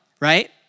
Right